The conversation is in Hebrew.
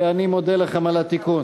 ואני מודה לכם על התיקון.